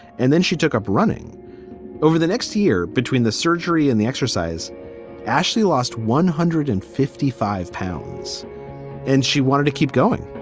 and then she took up running over the next year between the surgery and the exercise ashley lost one hundred and fifty five pounds and she wanted to keep going